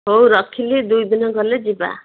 ହଉ ରଖିଲି ଦୁଇଦିନ ଗଲେ ଯିବା